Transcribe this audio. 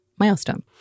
milestone